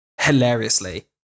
hilariously